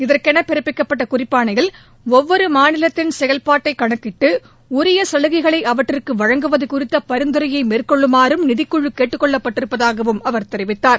இதற்கென பிறப்பிக்கப்பட்ட குறிப்பாணையில் ஒவ்வொரு மாநிலத்திள் செயல்பாட்டை கணக்கிட்டு உரிய சலுகைகளை அவற்றிற்கு வழங்குவது குறித்த பரிந்துரையை மேற்கொள்ளுமாறும் நிதிக்குழு கேட்டுக் கொள்ளப்பட்டிருப்பதாகவும் அவர் தெரிவித்தார்